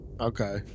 Okay